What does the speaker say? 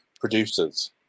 producers